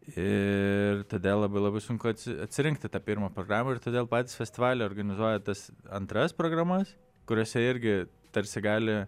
ir todėl labai labai sunku atsi atsirinkti tą pirmą programą ir todėl patys festivalio organizuoja tas antras programas kuriose irgi tarsi gali